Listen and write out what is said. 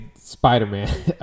Spider-Man